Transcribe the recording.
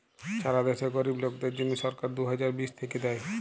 ছারা দ্যাশে গরীব লোকদের জ্যনহে সরকার দু হাজার বিশ থ্যাইকে দেই